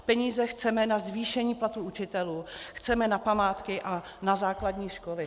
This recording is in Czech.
Peníze chceme na zvýšení platů učitelů, chceme na památky a na základní školy.